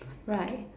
right